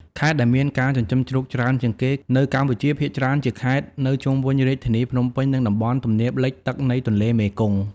ខេត្តដែលមានការចិញ្ចឹមជ្រូកច្រើនជាងគេនៅកម្ពុជា ភាគច្រើនជាខេត្តនៅជុំវិញរាជធានីភ្នំពេញ និងតំបន់ទំនាបលិចទឹកនៃទន្លេមេគង្គ។